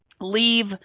leave